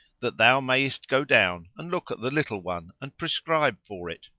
that thou mayest go down and look at the little one and prescribe for it.